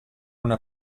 una